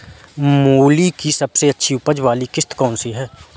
मूली की सबसे अच्छी उपज वाली किश्त कौन सी है?